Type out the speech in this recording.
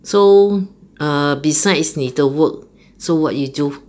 so err beside 你的 work so what you do